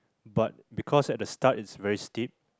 but because at the start it's very steep